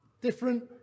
Different